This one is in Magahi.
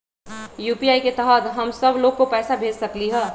यू.पी.आई के तहद हम सब लोग को पैसा भेज सकली ह?